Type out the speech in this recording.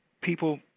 People